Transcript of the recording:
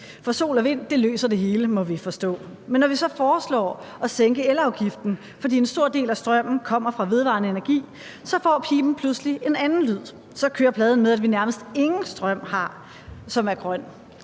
For sol og vind løser det hele, må vi forstå. Men når vi så foreslår at sænke elafgiften, fordi en stor del af strømmen kommer fra vedvarende energi, så får piben pludselig en anden lyd. Så kører pladen med, at vi nærmest ingen strøm har, som er grøn,